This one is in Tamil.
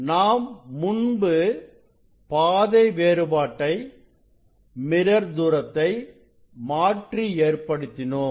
நாம் முன்பு பாதை வேறுபாட்டை மிரர் தூரத்தை மாற்றி ஏற்படுத்தினோம்